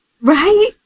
Right